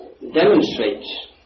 demonstrates